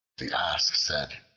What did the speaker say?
the ass said,